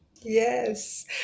Yes